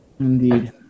Indeed